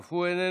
אף הוא איננו,